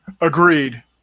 Agreed